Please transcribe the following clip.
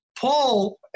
Paul